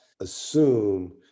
assume